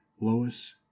Lois